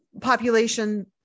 population